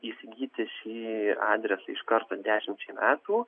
įsigyti šį adresą iš karto dešimčiai metų